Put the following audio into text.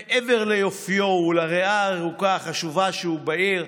מעבר ליופיו ולריאה הירוקה החשובה שהוא בעיר,